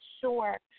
sure